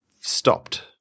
stopped